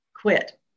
quit